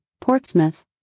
Portsmouth